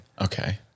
Okay